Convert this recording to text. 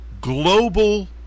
global